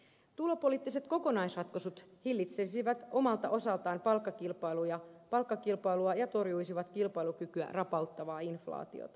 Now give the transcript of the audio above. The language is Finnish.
tulopoliittiset kokonaisratkaisut hillitsisivät omalta osaltaan palkkakilpailua ja torjuisivat kilpailukykyä rapauttavaa inflaatiota